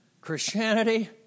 Christianity